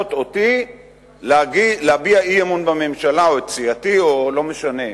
מחייבות אותי או את סיעתי, לא משנה,